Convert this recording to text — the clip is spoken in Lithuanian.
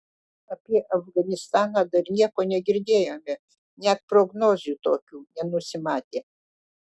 apie afganistaną dar nieko negirdėjome net prognozių tokių nenusimatė